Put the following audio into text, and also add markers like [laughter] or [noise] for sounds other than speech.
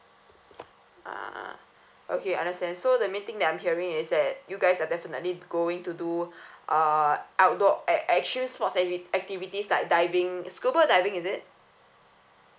ah okay understand so the main thing that I'm hearing is that you guys are definitely going to do [breath] uh outdoor a~ action sports acti~ activities like diving scuba diving is it